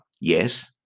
yes